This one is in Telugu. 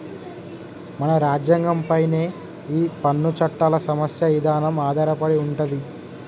మన రాజ్యంగం పైనే ఈ పన్ను చట్టాల సమస్య ఇదానం ఆధారపడి ఉంటది